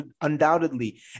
undoubtedly